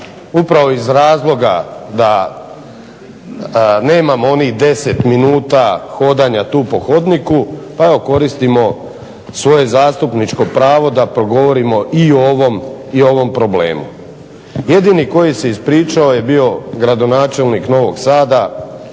upravo iz razloga da nemamo onih 10 minuta hodanja tu po hodniku pa evo koristimo svoje zastupničko pravo da progovorimo i o ovom problemu. Jedini koji se ispričao je bio gradonačelnik Novog Sada,